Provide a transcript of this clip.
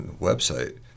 website